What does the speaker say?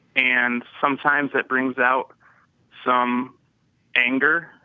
and sometimes, it brings out some anger,